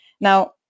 Now